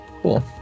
Cool